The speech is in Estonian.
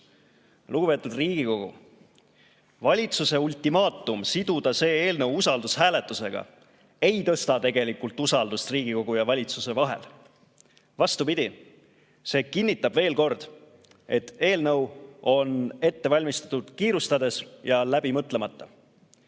Riigikogu! Valitsuse ultimaatum siduda see eelnõu usaldushääletusega ei [suurenda] tegelikult usaldust Riigikogu ja valitsuse vahel. Vastupidi, see kinnitab veel kord, et eelnõu on ette valmistatud kiirustades ja läbi mõtlemata.